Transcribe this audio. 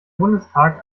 bundestag